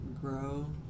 grow